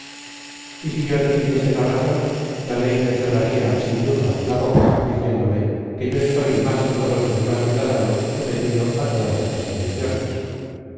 si yo le pidiese la razón la ley me cerraría sin duda la boca diciéndome que yo estoy más que todos los demás ciudadanos sometido á todas estas condiciones